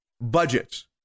Budgets